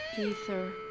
ether